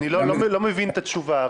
אני לא מבין את התשובה.